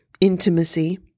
intimacy